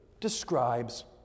describes